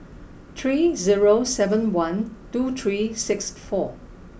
three zero seven one two three six four